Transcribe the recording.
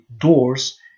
doors